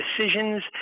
decisions